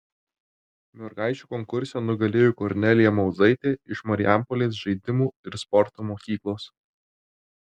mergaičių konkurse nugalėjo kornelija mauzaitė iš marijampolės žaidimų ir sporto mokyklos